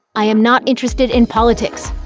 i am not interested in politics.